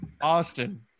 Austin